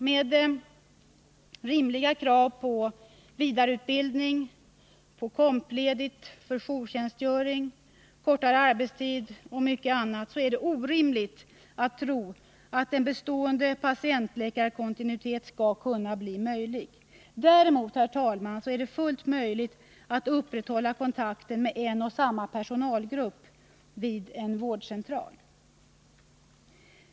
Med rimliga krav på vidareutbildning, kompensationsledigt efter jourtjänstgöring, kortare arbetstid m.m. är det orimligt att tro att en bestående patientläkarkontinuitet skall kunna bli möjlig. Däremot, herr talman, är det möjligt att upprätthålla kontakten med en och samma personalgrupp vid en vårdcentral.